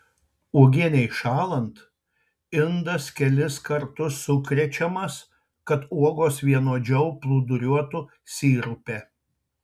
uogienei šąlant indas kelis kartus sukrečiamas kad uogos vienodžiau plūduriuotų sirupe